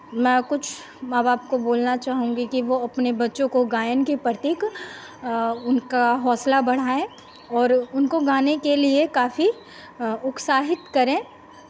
मैं कुछ माँ बाप को बोलना चाहूँगी कि वो अपने बच्चों को गायन के प्रति उनका हौसला बढ़ाएं और उनको गाने के लिए काफी उत्साहित करें